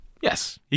Yes